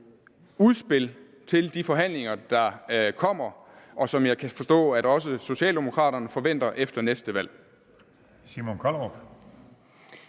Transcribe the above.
udspil til de forhandlinger, der kommer, og som jeg kan forstå at også Socialdemokraterne forventer efter næste valg.